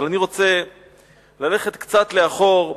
אבל אני רוצה ללכת קצת לאחור,